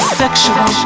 sexual